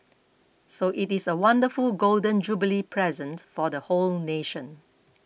so it is a wonderful Golden Jubilee present for the whole nation